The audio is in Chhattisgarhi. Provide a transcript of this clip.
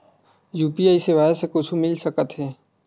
यू.पी.आई सेवाएं से कुछु मिल सकत हे?